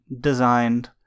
designed